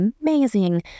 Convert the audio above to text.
amazing